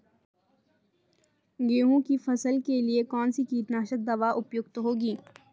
गेहूँ की फसल के लिए कौन सी कीटनाशक दवा उपयुक्त होगी?